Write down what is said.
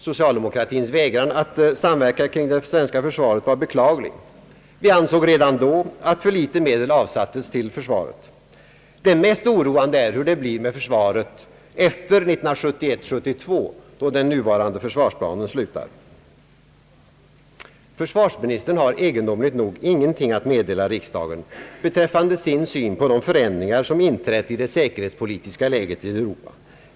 Socialdemokratins vägran att samverka kring det svenska försvaret var beklaglig. Vi ansåg redan då, att för litet medel avsattes till försvaret. Det mest oroande är hur det skall bli med försvaret efter 1971/72, då den nuvarande försvarsplanen slutar. Försvarsministern har egendomligt nog ingenting att meddela riksdagen beträffande sin syn på de förändringar som inträtt i det säkerhetspolitiska läget i Europa.